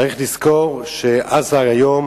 צריך לזכור שעזה היום